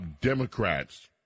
Democrats